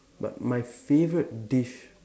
but my favourite dish